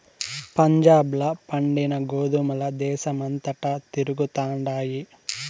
పంజాబ్ ల పండిన గోధుమల దేశమంతటా తిరుగుతండాయి